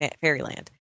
Fairyland